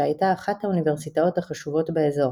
שהייתה אחת האוניברסיטאות החשובות באזור.